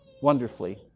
Wonderfully